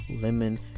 lemon